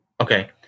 Okay